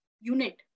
unit